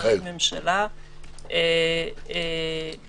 קיימנו דיונים,